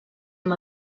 amb